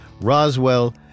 Roswell